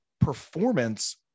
Performance